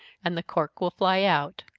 and the cork will fly out.